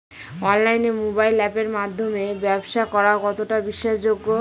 অনলাইনে মোবাইল আপের মাধ্যমে ব্যাবসা করা কতটা বিশ্বাসযোগ্য?